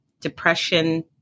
depression